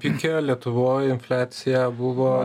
pike lietuvoj infliacija buvo